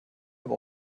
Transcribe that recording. aber